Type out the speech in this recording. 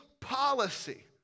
policy